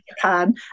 Japan